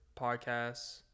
podcasts